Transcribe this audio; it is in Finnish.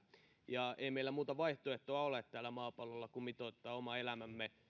ja ei meillä muuta vaihtoehtoa ole täällä maapallolla kuin mitoittaa oma elämämme